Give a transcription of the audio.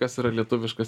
kas yra lietuviškas